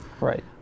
right